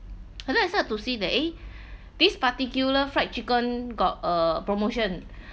and then I start to see that eh this particular fried chicken got a promotion